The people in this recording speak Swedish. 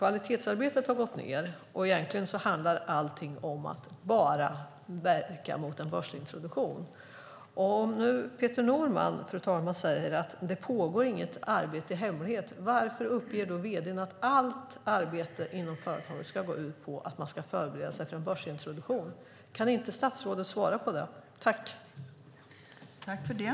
Kvalitetsarbetet har gått ned, och egentligen handlar allting om att bara verka för en börsintroduktion. Peter Norman säger, fru talman, att det inte pågår något arbete i hemlighet. Varför uppger då vd:n att allt arbete inom företaget ska gå ut på att man ska förbereda sig för en börsintroduktion? Kan inte statsrådet svara på det?